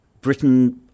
Britain